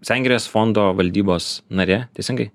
sengirės fondo valdybos narė teisingai